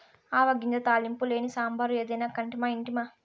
ఆవ గింజ తాలింపు లేని సాంబారు ఏదైనా కంటిమా ఇంటిమా